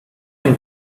and